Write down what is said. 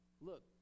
Look